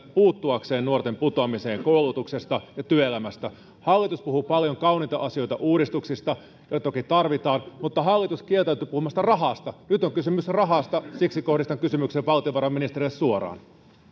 puuttuakseen nuorten putoamiseen koulutuksesta ja työelämästä hallitus puhuu paljon kauniita asioita uudistuksista joita toki tarvitaan mutta hallitus kieltäytyy puhumasta rahasta nyt on kysymys rahasta siksi kohdistan kysymyksen valtiovarainministerille suoraan